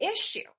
issue